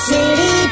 City